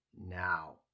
now